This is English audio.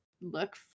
look